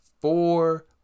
four